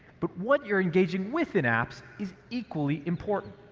but what you're engaging with in apps is equally important.